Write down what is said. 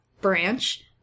branch